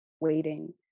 waiting